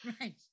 Right